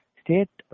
state